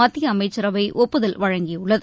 மத்திய அமைச்சரவை ஒப்புதல் வழங்கியுள்ளது